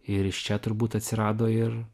ir iš čia turbūt atsirado ir